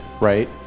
right